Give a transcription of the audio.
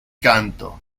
canto